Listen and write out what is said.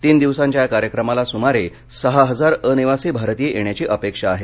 तीन दिवसांच्या या कार्यक्रमाला सुमारे सहा हजार अनिवासी भारतीय येण्याची अपेक्षा आहे